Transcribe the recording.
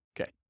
Okay